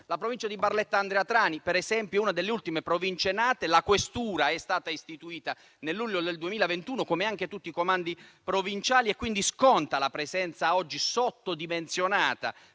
La Provincia di Barletta-Andria-Trani, per esempio, una delle ultime Province nate, la cui questura è stata istituita nel luglio del 2021 come anche tutti i comandi provinciali, sconta oggi una presenza sottodimensionata